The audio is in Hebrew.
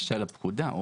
של הפקודה.